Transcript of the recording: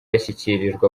yashyikirijwe